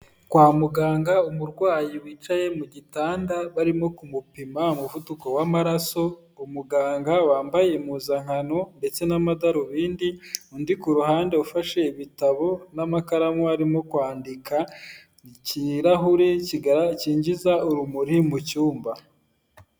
Kwa muganga umurwayi wicaye mu gitanda barimo kumupima umuvuduko w’amaraso. Umuganga wambaye impuzankano ndetse n'amadarubindi, undi kuruhande ufashe ibitabo n'amakaramu arimo kwandika, ikirahure cyinjiza urumuri mu cyumba.